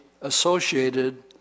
associated